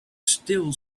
still